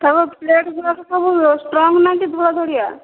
ତଳ ପ୍ଲେଟ୍ ଗୁଡ଼ାକ ସବୁ ଷ୍ଟ୍ରଙ୍ଗ୍ ନା କି ଧଡ଼ଧଡ଼ିଆ